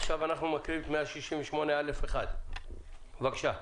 עכשיו אנחנו מקריאים את 168א1. בבקשה.